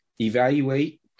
evaluate